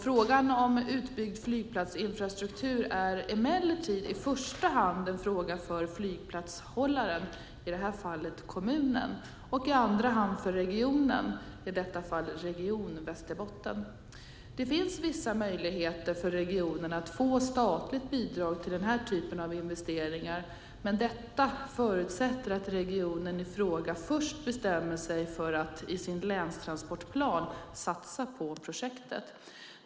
Frågan om utbyggd flygplatsinfrastruktur är emellertid i första hand en fråga för flygplatshållaren, i detta fall kommunen, och i andra hand för regionen, i detta fall Region Västerbotten. Det finns vissa möjligheter för regionerna att få statligt bidrag till den här typen av investeringar, men detta förutsätter att regionen i fråga först bestämmer sig för att, i sin länstransportplan, satsa på projektet.